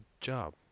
job